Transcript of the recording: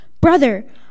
Brother